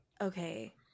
Okay